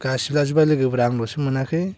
गासिबो लाजोबबाय लोगोफ्रा आंल'सो मोनाखै